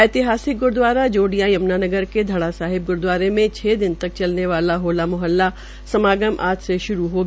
ऐतिहासिक ग्रूद्वारा जोडिय़ां यम्नानगर के धड़ा साहिब ग्रूदवारे में छ दिन तक चलने वोल होला मोहल्ला समागम आज श्रू हो गया